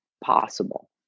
possible